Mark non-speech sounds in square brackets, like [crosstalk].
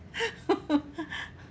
[laughs]